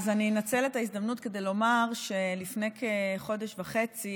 אז אני אנצל את ההזדמנות כדי לומר שלפני כחודש וחצי